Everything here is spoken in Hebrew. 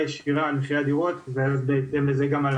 ישירה על מחירי הדירות בארץ ובהתאם על זה גם על